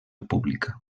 pública